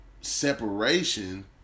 separation